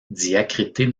diacritée